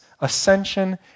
Ascension